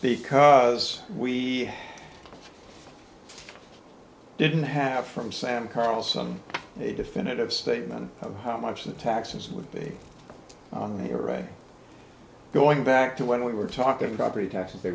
because we didn't have from sam carlson a definitive statement of how much the taxes would be on the right going back to when we were talking about the taxes they